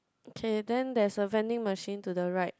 okay then there is a vending machine to the right